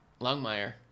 Longmire